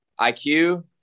IQ